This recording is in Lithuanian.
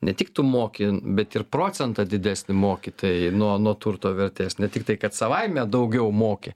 ne tik tu moki bet ir procentą didesnį moki tai nuo nuo turto vertės ne tiktai kad savaime daugiau moki